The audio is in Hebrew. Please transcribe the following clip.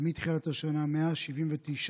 ומתחילת השנה 179